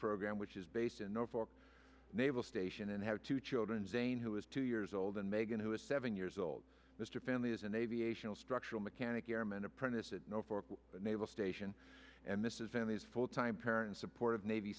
program which is based in zero four naval station and have two children zain who is two years old and megan who is seven years old mr family is an aviation structural mechanic airman apprentice at no four the naval station and this isn't his full time parent supportive navy